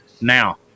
Now